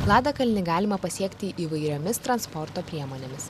ladakalnį galima pasiekti įvairiomis transporto priemonėmis